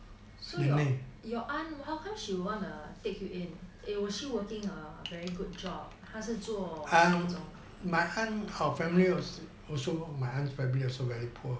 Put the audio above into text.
so your your aunt how come she will want to take you in was she working a very good job 她是做什么工